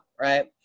right